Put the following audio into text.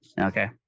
okay